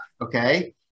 okay